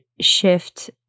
shift